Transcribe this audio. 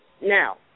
Now